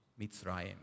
Mitzrayim